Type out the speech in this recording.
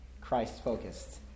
Christ-focused